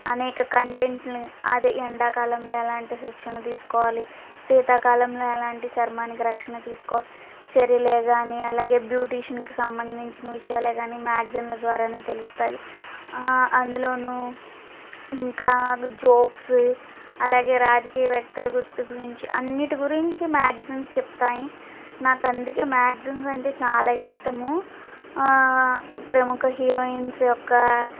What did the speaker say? అనేక కంటెంట్ అది ఎండాకాలంలో ఎలాంటి శిక్షణ తీసుకోవాలి శీతాకాలంలో ఎలాంటి చర్మానికి రక్షణ తీసుకో చర్యలే కన్నీ అలాగే బ్యూటిషన్ సంబంధించిన విషయాలేగానీ మ్యాగ్జిన్లా ద్వారానే తెలుస్తాయి అందులోనూ ఇంకా జోక్స్ అలాగే రాజకీయ వ్యక్తుల గుర్తు గురించి అన్నిటి గురించి మ్యాగ్జిన్స్ చెప్తాయి నాకు అందుకే మ్యాగ్జిన్ అంటే చాలా ఇష్టము ప్రముఖ హీరోయిన్స్ యొక్క